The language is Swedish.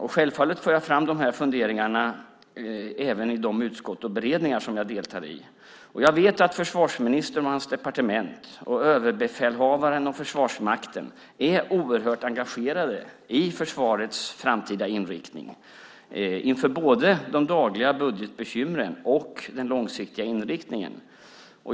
Självfallet för jag även fram dessa funderingar i de utskott och beredningar jag deltar i. Jag vet att försvarsministern och hans departement och överbefälhavaren och Försvarsmakten är oerhört engagerade i försvarets framtida inriktning inför både de dagliga budgetbekymren och den långsiktiga inriktningen.